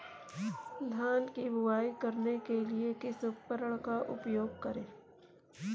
धान की बुवाई करने के लिए किस उपकरण का उपयोग करें?